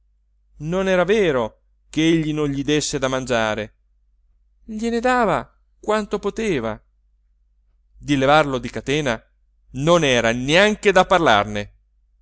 non era vero ch'egli non gli desse da mangiare gliene dava quanto poteva di levarlo di catena non era neanche da parlarne